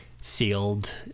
sealed